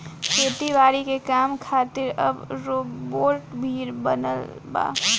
खेती बारी के काम खातिर अब रोबोट भी बनल बा